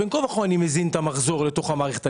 בין כה וכה אני מזין את המחזור אל תוך המערכת.